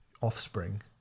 Offspring